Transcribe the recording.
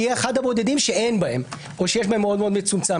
נהיה אחת הבודדות שאין בהן או שיש בהן בצורה מאוד מאוד מצומצמת.